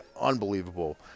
Unbelievable